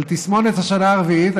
תסמונת השנה הרביעית,